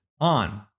on